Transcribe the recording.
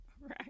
Right